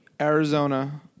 Arizona